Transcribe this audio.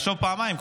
יחשוב פעמיים,